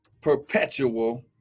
perpetual